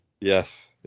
Yes